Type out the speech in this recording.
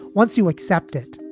once you accept it,